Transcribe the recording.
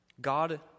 God